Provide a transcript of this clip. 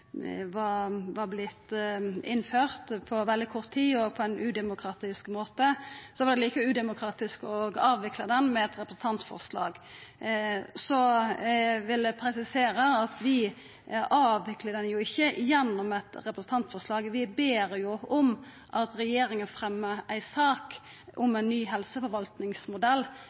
var representanten Kjenseth som i ein kommentar til innlegget mitt om at føretaksreforma hadde vorte innførd på veldig kort tid og på ein udemokratisk måte, meinte at det var like udemokratisk å avvikla ho med eit representantforslag. Eg vil presisera at vi ikkje avviklar reforma gjennom eit representantforslag, vi ber om at regjeringa fremjar ei sak om ein ny